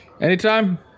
Anytime